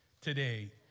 today